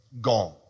gone